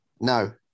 No